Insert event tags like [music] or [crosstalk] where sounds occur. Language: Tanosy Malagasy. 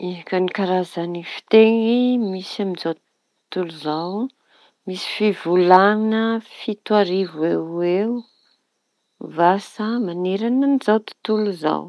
Eka, ny karazan'ny fiteny misy amin'izao tontolo izao misy fivolaña fito arivo eo ho eo vasa maneraña anizao tontolo izao. [noise]